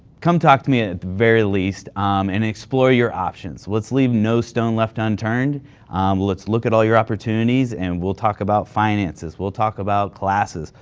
come talk to me at the very least um and explore your options. let's leave no stone left unturned. ah let's look at all your opportunities and we'll talk about finances, we'll talk about classes,